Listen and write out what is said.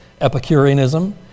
Epicureanism